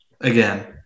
again